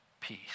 peace